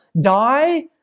Die